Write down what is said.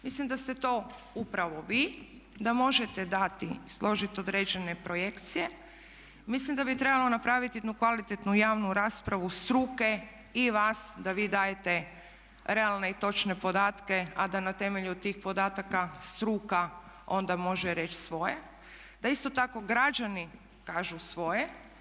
Mislim da ste to upravo vi, da možete dati, složit određene projekcije, mislim da bi trebalo napraviti jednu kvalitetnu javnu raspravu struke i vas da vi dajete realne i točne podatke a da na temelju tih podataka struka onda može reći svoje, da isto tako građani kažu svoje.